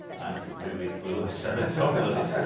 i'm completely clueless it's hopeless